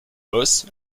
boss